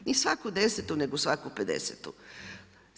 Ni svaku 10, nego svaku 50-tu.